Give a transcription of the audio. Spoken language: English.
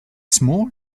small